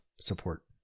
support